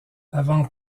avant